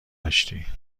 داشتی